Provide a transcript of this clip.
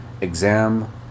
Exam